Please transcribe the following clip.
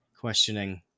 questioning